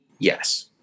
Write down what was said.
Yes